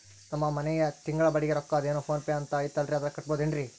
ನಮ್ಮ ಮನೆಯ ತಿಂಗಳ ಬಾಡಿಗೆ ರೊಕ್ಕ ಅದೇನೋ ಪೋನ್ ಪೇ ಅಂತಾ ಐತಲ್ರೇ ಅದರಾಗ ಕಟ್ಟಬಹುದೇನ್ರಿ?